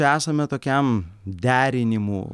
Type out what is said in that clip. esame tokiam derinimų